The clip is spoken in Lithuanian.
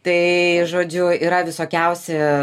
tai žodžiu yra visokiausi